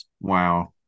Wow